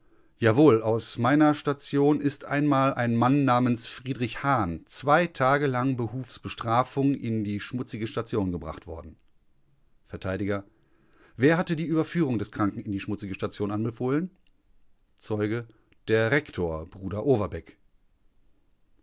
jawohl aus meiner station ist einmal ein mann namens friedrich hahn zwei tage lang behufs bestrafung in die schmutzige station gebracht worden vert wer hatte die überführung des kranken in die schmutzige station anbefohlen zeuge der rektor bruder overbeck